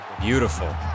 Beautiful